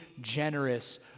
generous